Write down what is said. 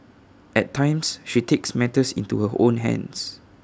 at times she takes matters into her own hands